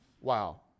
Wow